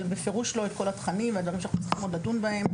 אבל בפירוש לא על כל התכנים ועל עוד דברים שאנחנו צריכים לדון בהם.